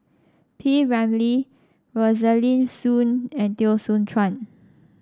P Ramlee Rosaline Soon and Teo Soon Chuan